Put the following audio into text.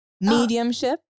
Mediumship